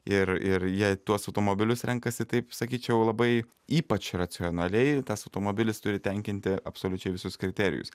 ir ir jie tuos automobilius renkasi taip sakyčiau labai ypač racionaliai tas automobilis turi tenkinti absoliučiai visus kriterijus